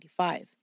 1985